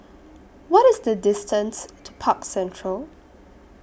What IS The distance to Park Central